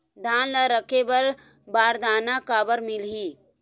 धान ल रखे बर बारदाना काबर मिलही?